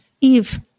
Eve